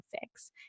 fix